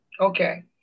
Okay